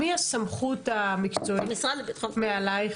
מי הסמכות המקצועית מעלייך?